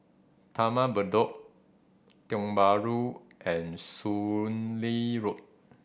Taman Bedok Tiong Bahru and Soon Lee Road